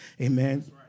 Amen